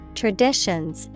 traditions